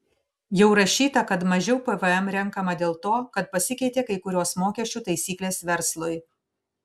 jau rašyta kad mažiau pvm renkama dėl to kad pasikeitė kai kurios mokesčių taisyklės verslui